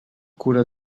cura